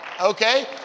okay